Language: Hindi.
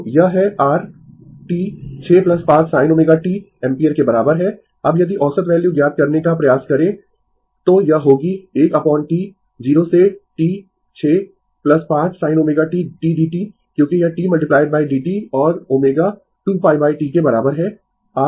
तो यह है r t 6 5 sin ω t ampere के बराबर है अब यदि औसत वैल्यू ज्ञात करने का प्रयास करें तो यह होगी 1 अपोन T 0 से T 6 5 sin ω tdt क्योंकि यह t dt और ω 2π T के बराबर है